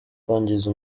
kwangiza